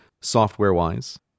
software-wise